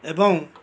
ଏବଂ